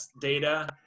data